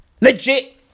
Legit